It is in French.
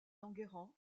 d’enguerrand